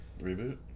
Reboot